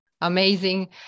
Amazing